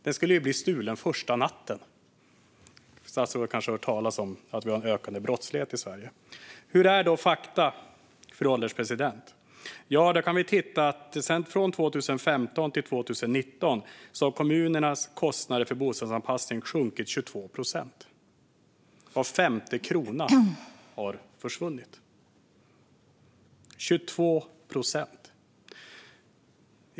Den skulle ju bli stulen första natten; statsrådet kanske har hört talas om att vi har en ökande brottslighet i Sverige. Hur ser då fakta ut, fru ålderspresident? Från 2015 till 2019 sjönk kommunernas kostnader för bostadsanpassning med 22 procent. Var femte krona har försvunnit.